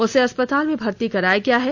उसे अस्पताल में भर्ती कराया गया है